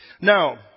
Now